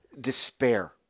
despair